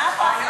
מה הפחד?